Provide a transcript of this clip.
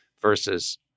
versus